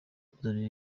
nzanira